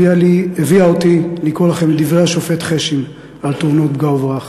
הביאה אותי לקרוא לכם מדברי השופט חשין על תאונות פגע-וברח: